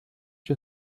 you